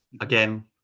again